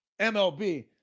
MLB